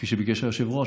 כפי שביקש היושב-ראש,